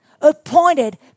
appointed